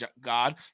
God